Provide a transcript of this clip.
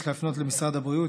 יש להפנות אותה למשרד הבריאות,